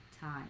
time